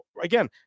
again